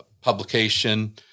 publication